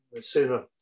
Sooner